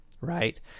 Right